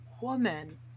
woman